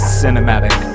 cinematic